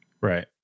Right